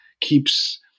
keeps